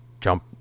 jump